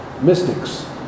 mystics